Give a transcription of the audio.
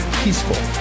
peaceful